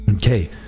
Okay